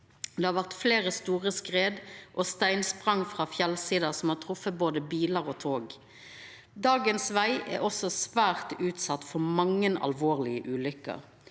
Det har vore fleire store skred og steinsprang frå fjellsider som har treft både bilar og tog. Dagens veg er også svært utsett for mange alvorlege ulykker.